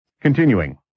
Continuing